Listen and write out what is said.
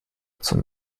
zum